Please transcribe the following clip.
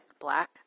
Black